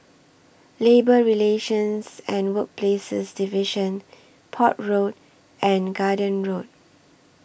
Labour Relations and Workplaces Division Port Road and Garden Road